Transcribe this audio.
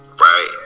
right